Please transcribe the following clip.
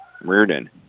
Reardon